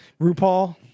RuPaul